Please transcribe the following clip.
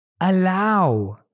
Allow